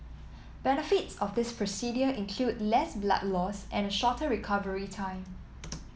benefits of this procedure include less blood loss and a shorter recovery time